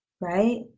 Right